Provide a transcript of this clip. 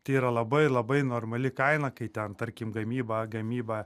tai yra labai labai normali kaina kai ten tarkim gamyba gamyba